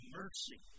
mercy